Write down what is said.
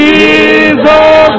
Jesus